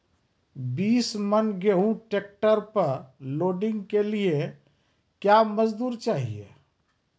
बीस मन गेहूँ ट्रैक्टर पर लोडिंग के लिए क्या मजदूर चाहिए?